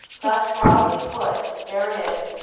thus broadly put, there is,